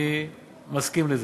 אני מסכים לזה.